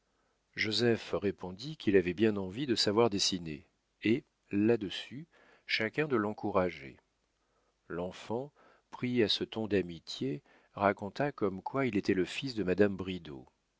joseph répondit qu'il avait bien envie de savoir dessiner et là-dessus chacun de l'encourager l'enfant pris à ce ton d'amitié raconta comme quoi il était le fils de madame bridau